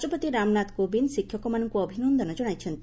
ରାଷ୍ଟ୍ରପତି ରାମନାଥ କୋବିନ୍ଦ ଶିକ୍ଷକମାନଙ୍କୁ ଅଭିନନ୍ଦନ କ୍କଶାଇଛନ୍ତି